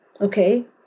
okay